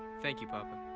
thank you, papa.